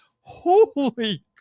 Holy